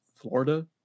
Florida